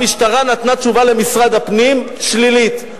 המשטרה נתנה תשובה למשרד הפנים, שלילית.